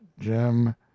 Jim